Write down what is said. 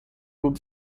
good